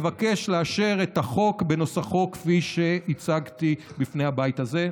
אבקש לאשר את החוק בנוסחו כפי שהצגתי בפני הבית הזה.